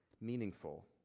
meaningful